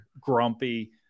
grumpy